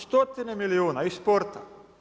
Stotine milijuna iz sporta.